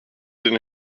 den